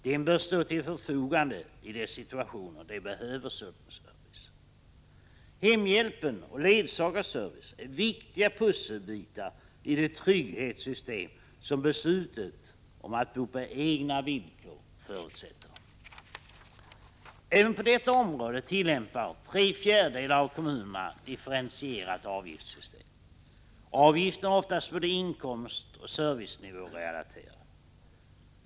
”Den bör stå till förfogande i de situationer de behöver sådan service.” Hemhjälpen — och ledsagarservicen — är viktiga pusselbitar i det trygghetssystem som beslutet om ”att bo på egna villkor” förutsätter. Även på detta område tillämpar tre fjärdedelar av kommunerna differentierat avgiftssystem. Avgifter är oftast både inkomstoch servicenivårelaterade.